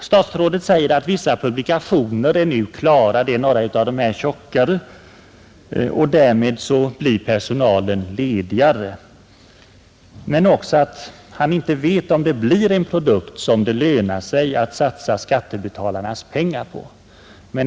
Statsrådet sade att vissa publikationer nu är klara, nämligen några av de tjockare, och därmed blir personalen ledig för andra uppgifter. Men han sade också att han inte vet om de korta och populära versionerna blir produkter som det lönar sig att satsa skattebetalarnas pengar på.